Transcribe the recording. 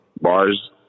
bars